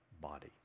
body